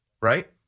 right